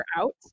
out